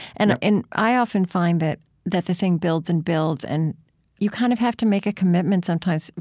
and and i often find that that the thing builds and builds, and you kind of have to make a commitment sometimes,